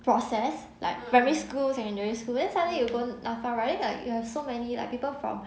process like primary school secondary school then suddenly you go N_A_F_A right but then like you have so many like people from